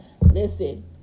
listen